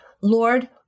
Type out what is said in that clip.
Lord